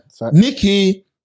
Nikki